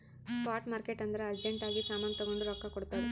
spot market ಅಂದುರ್ urgent ಆಗಿ ಸಾಮಾನ್ ತಗೊಂಡು ರೊಕ್ಕಾ ಕೊಡ್ತುದ್